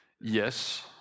Yes